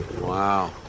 wow